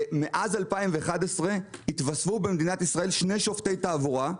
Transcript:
מאז 2011 התווספו במדינת ישראל שני שופטי תעבורה.